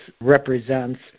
represents